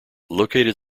located